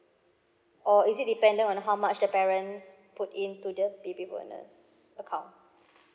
or is it dependent on how much the parents put into the baby bonus account